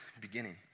beginning